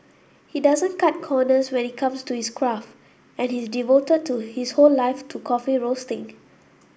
he doesn't cut corners when it comes to his craft and he's devoted to his whole life to coffee roasting